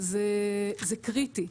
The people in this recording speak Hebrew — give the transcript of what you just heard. זה קריטי.